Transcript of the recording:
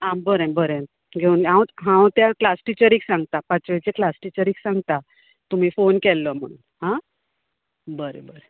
आं बरें बरें घेवन यो हांव हांव त्या क्लास टिचरीक सांगतां पाचवेचे क्लास टिचरीक सांगतां तुमी फोन केल्लो म्हणून आं बरें बरें